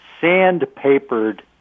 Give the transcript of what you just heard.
sandpapered